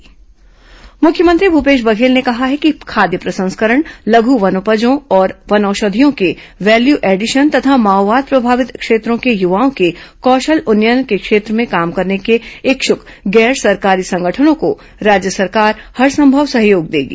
CM e conclave मुख्यमंत्री भूपेश बघेल ने कहा है कि खाद्य प्रसंस्करण लघु वनोपजों और वनौषधियों के वैल्यू एडिशन तथा माओवाद प्रभावित क्षेत्रों के युवाओं के कौशल उन्नयन के क्षेत्र में काम करने के इच्छुक गैर सरकारी संगठनों को राज्य सरकार हरसंभव सहयोग देगी